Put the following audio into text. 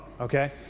okay